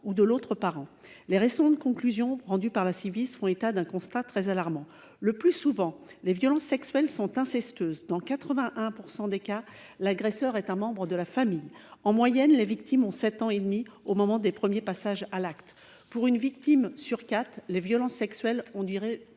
ou de l’autre parent ». Les récentes conclusions rendues par la Ciivise font état d’un constat très alarmant. Le plus souvent, les violences sexuelles sont incestueuses. Dans 81 % des cas, l’agresseur est un membre de la famille. En moyenne, les victimes ont 7 ans et demi au moment des premiers passages à l’acte. Pour une victime sur quatre, les violences ont duré